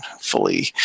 fully